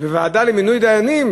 גם בוועדה למינוי דיינים